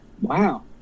Wow